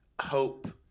hope